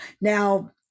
Now